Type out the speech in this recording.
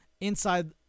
inside